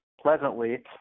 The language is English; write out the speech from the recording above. pleasantly